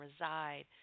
reside